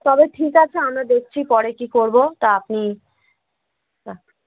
তবে ঠিক আছে আমরা দেখছি পরে কি করবো তা আপনি